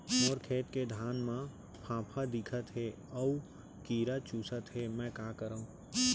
मोर खेत के धान मा फ़ांफां दिखत हे अऊ कीरा चुसत हे मैं का करंव?